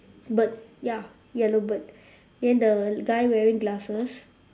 bird ya yellow bird then the guy wearing glasses